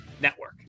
Network